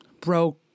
bro